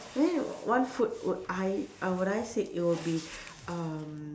one food would I I would I say it will be um